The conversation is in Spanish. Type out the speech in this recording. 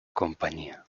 compañía